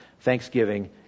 thanksgiving